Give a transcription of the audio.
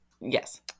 Yes